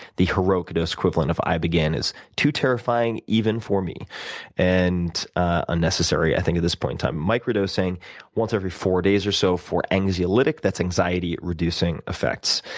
the heroic dose equivalent of ibogaine is too terrifying even for me and unnecessary, i think, at this point in time. micro-dosing once every four days or so for anxiolytic, that's anxiety reducing effects.